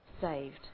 saved